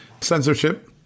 censorship